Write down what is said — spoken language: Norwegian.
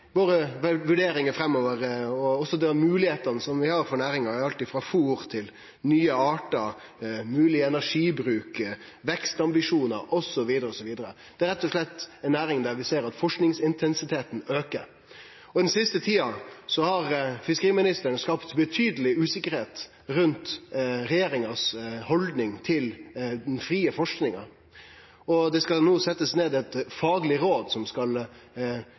våre vurderingar framover og også for dei moglegheitene som næringa har. Det er alt frå fôr til nye artar, mogleg energibruk, vekstambisjonar osv. Det er rett og slett ei næring der vi ser at forskingsintensiteten aukar. Den siste tida har fiskeriministeren skapt betydeleg usikkerheit rundt regjeringas haldning til den frie forskinga, og det skal no setjast ned eit fagleg råd som skal